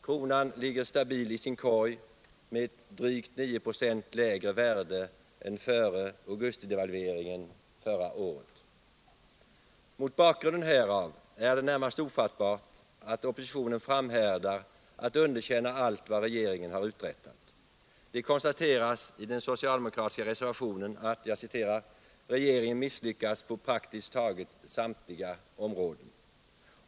Kronan ligger stabil i sin korg med drygt 9 96 lägre värde än före augustidevalveringen förra året. Mot bakgrund härav är det närmast ofattbart att oppositionen framhärdar i att underkänna allt vad regeringen har uträttat. Det konstateras i den socialdemokratiska reservationen att ”regeringen misslyckats på praktiskt taget samtliga områden”.